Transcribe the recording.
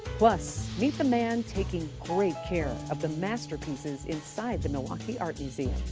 plus, meet the man taking great care of the masterpieces inside the milwaukee art museum.